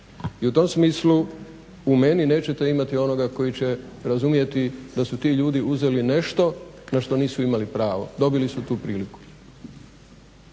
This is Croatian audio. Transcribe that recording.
I u tom smislu u meni nećete imati onoga koji će razumjeti da su ti ljudi uzeli nešto na što nisu imali pravo. Dobili su tu priliku,